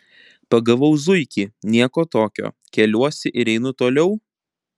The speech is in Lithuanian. pagavau zuikį nieko tokio keliuosi ir einu toliau